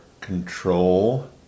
control